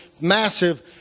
massive